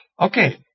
okay